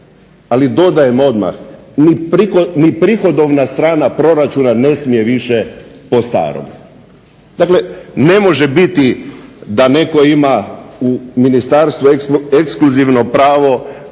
Ali dodajem odmah, ni prihodovna strana proračuna ne smije više po starom. Dakle, ne može biti da netko ima u ministarstvu ekskluzivno pravo